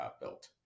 built